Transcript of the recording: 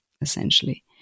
essentially